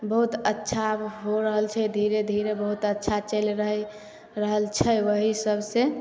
बहुत अच्छा हो रहल छै धीरे धीरे बहुत अच्छा चलि रहल छै ओहि सब से